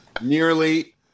Nearly